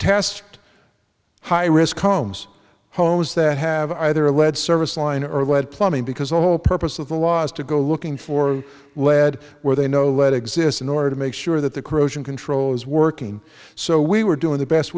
tasked high risk homes homes that have either a lead service line or lead plumbing because the whole purpose of the law is to go looking for lead where they know lead exists in order to make sure that the corrosion control is working so we were doing the best